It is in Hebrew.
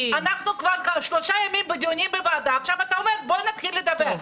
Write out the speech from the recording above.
אנחנו כבר שלושה ימים בדיונים בוועדה עכשיו אתה אומר בואו נתחיל לדבר.